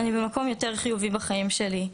אני במקום יותר חיובי בחיים שלי.